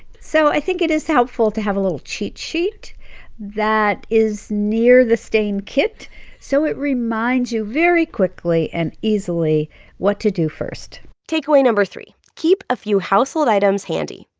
so i think it is helpful to have a little cheat sheet that is near the stain kit so it reminds you very quickly and easily what to do first takeaway no. three keep a few household items handy.